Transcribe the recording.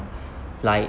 like